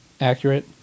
accurate